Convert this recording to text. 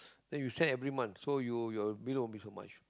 then you send every month so you your bill won't be so much